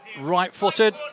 right-footed